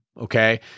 okay